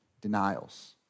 denials